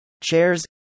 Chairs